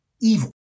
evil